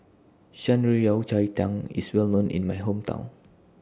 Shan Rui Yao Cai Tang IS Well known in My Hometown